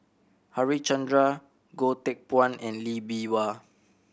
Harichandra Goh Teck Phuan and Lee Bee Wah